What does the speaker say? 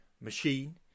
machine